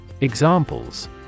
Examples